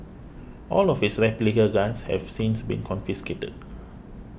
all of his replica guns have since been confiscated